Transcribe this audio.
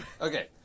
Okay